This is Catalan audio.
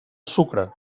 sucre